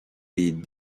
les